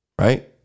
Right